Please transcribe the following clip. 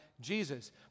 Jesus